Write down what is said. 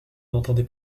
n’entendez